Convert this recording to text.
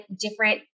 different